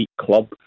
club